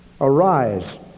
Arise